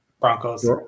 Broncos